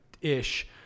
ish